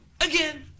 Again